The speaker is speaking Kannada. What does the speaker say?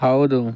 ಹೌದು